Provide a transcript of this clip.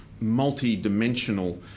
multi-dimensional